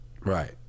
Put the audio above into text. right